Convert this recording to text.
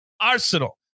Arsenal